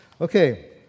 Okay